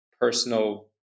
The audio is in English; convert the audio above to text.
personal